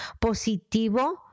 positivo